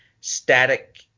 static